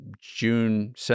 June